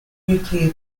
nuclear